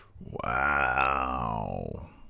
Wow